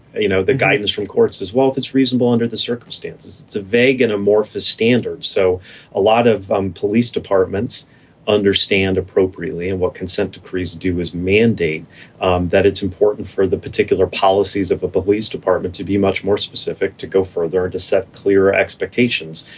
you know, the guidance from courts as well. if it's reasonable under the circumstances, it's a vague and amorphous standard. so a lot of um police departments understand appropriately and what consent decrees do is mandate um that it's important for the particular policies of a police department to be much more specific, to go further and to set clearer expectations,